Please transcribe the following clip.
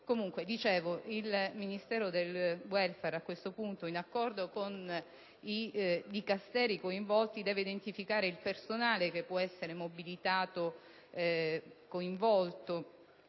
dei cittadini. Il Ministero del welfare, a questo punto, in accordo con i Dicasteri coinvolti, deve identificare il personale che può essere mobilitato e coinvolto